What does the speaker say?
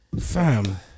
fam